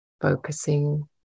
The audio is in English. focusing